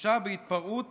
הורשע בהתפרעות